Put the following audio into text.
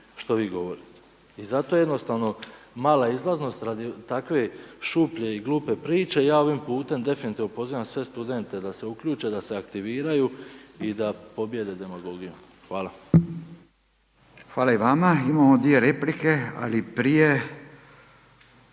što vi govorite. I zato je jednostavno mala izlaznost radi takve šuplje i glupe priče. I ja ovim putem definitivno pozivam sve studente da se uključe, da se aktiviraju i da pobjede demagogiju. Hvala. **Radin, Furio (Nezavisni)** Hvala i vama. Imamo dvije replike ali prije